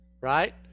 right